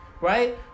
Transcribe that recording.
right